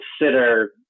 consider